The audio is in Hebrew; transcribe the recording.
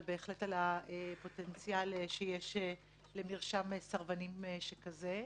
אבל בהחלט לגבי הפוטנציאל שיש למרשם סרבנים שכזה.